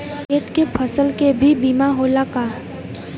खेत के फसल के भी बीमा होला का?